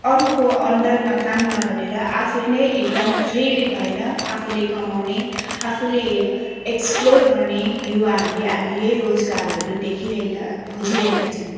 अरूको अन्डरमा काम नगरेर आफै नै एकदम फ्रिली भएर आफूले कमाउने आफूले एक्सप्लोर गर्ने युवाहरूले अहिले यही रोजगारहरू देखिरहेका खोजिरहेका छन्